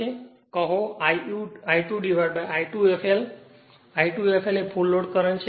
તેથી કહો I2I2 fl I2 fl એ ફુલ લોડ કરંટ છે